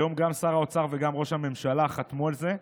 היום גם שר האוצר וגם ראש הממשלה חתמו על זה.